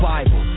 Bible